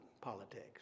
politics